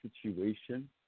situation